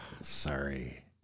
sorry